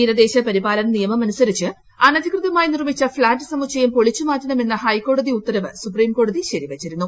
തീരദേശ പരിപാലന നിയമം ലംഘിച്ച് അനധികൃതമായി നിർമ്മിച്ച ഫ്ളാറ്റ് സമുച്ചയം പൊളിച്ചുമാറ്റണമെന്ന ഹൈക്കോടതി ഉത്തരവ് സുപ്രീംകോടതി ശരിവച്ചിരുന്നു